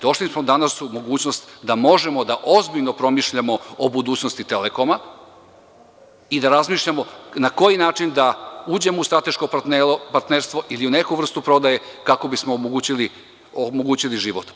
Došli smo danas u mogućnost da možemo da ozbiljno promišljamo o budućnosti „Telekoma“ i da razmišljamo na koji način da uđemo u strateško partnerstvo ili u neku vrstu prodaje, kako bismo omogućili život.